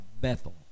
Bethel